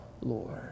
Lord